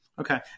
Okay